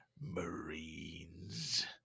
Marines